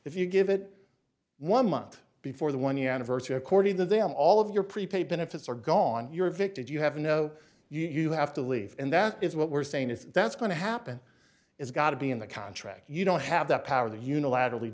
if you give it one month before the one year anniversary according to them all of your prepaid benefits are gone you're a victim you have no you have to leave and that is what we're saying is that's going to happen it's got to be in the contract you don't have the power to unilaterally